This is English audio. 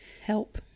help